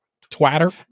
twitter